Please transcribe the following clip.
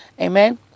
amen